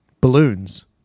Balloons